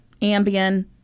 Ambien